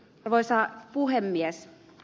arvoisa puhemies